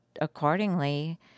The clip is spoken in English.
accordingly